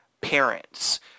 parents